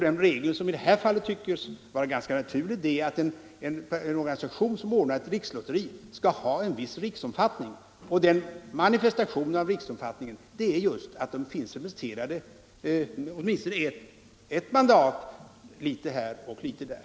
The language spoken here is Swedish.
Den regel som i det här fallet tycks vara ganska naturlig är att en organisation som ordnar ett rikslotteri skall ha en viss riksomfattning, och den manifesteras just därigenom att partiet finns representerat med åtminstone ett mandat här och där.